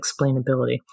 explainability